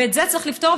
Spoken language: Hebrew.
ואת זה צריך לפתור,